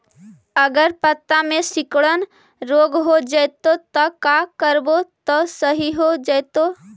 अगर पत्ता में सिकुड़न रोग हो जैतै त का करबै त सहि हो जैतै?